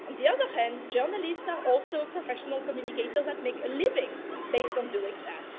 on the other hand, journalists are also professional communicators that make a living based on doing that.